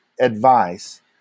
advice